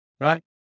right